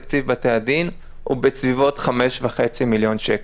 תקציב בתי הדין הוא בסביבות 5.5 מיליון שקל,